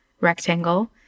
rectangle